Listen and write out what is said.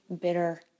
bitter